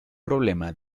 problema